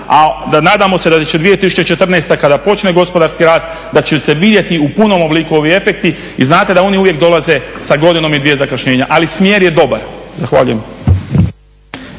a nadamo se da će 2014., kada počne gospodarski rast, da će se vidjeti u punom obliku ovi efekti i znate da oni uvijek dolaze sa godinom i dvije zakašnjenja, ali smjer je dobar. Zahvaljujem.